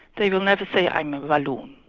they will never say i'm a walloon,